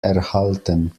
erhalten